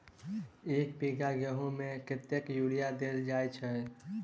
एक बीघा गेंहूँ मे कतेक यूरिया देल जाय छै?